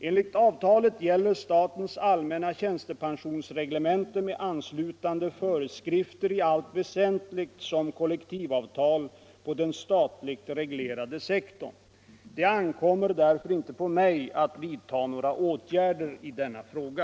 Enligt avtalet gäller statens allmänna tjänstepensionsreglemente med anslutande föreskrifter i allt väsentligt som kollektivavtal på den statligt reglerade sektorn. Det ankommer därför inte på mig att vidta några åtgärder i denna fråga.